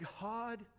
God